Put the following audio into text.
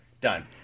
Done